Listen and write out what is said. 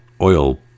oil